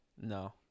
No